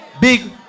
big